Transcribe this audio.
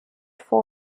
for